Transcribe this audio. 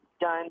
done